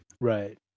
right